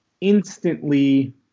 instantly